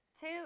two